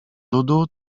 ludu